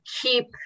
keep